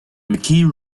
mckee